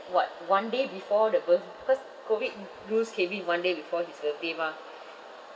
what one day before the birth~ because COVID rules came in one day before his birthday mah